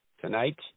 tonight